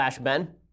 Ben